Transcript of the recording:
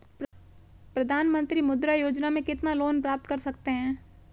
प्रधानमंत्री मुद्रा योजना में कितना लोंन प्राप्त कर सकते हैं?